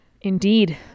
indeed